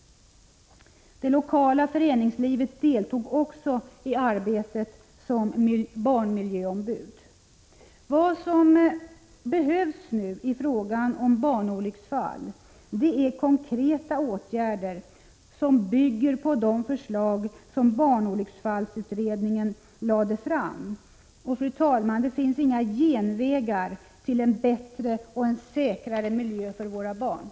Det lokala föreningslivet deltog också i arbetet som barnmiljöombud. Fru talman! Vad som nu behövs är konkreta åtgärder som bygger på de förslag som barnolycksfallsutredningen lade fram. Det finns inga genvägar till en bättre miljö för barnen.